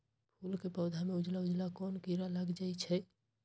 फूल के पौधा में उजला उजला कोन किरा लग जई छइ?